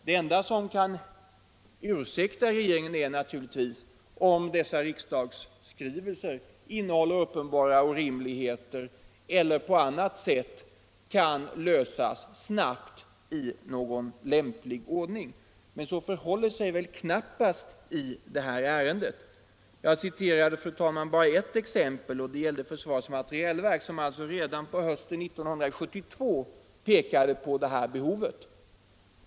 Det enda som kan ursäkta regeringen är naturligtvis om dessa riksdagsskrivelser innehåller uppenbara orimligheter eller om problemet på annat sätt snabbt kan lösas i lämplig ordning. Men så förhåller det sig inte i detta ärende. Jag anförde ett exempel. Det gällde försvarets materielverk, som alltså redan på hösten 1972 framhöll behovet av rörliga krediter.